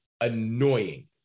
annoying